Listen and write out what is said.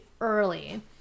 early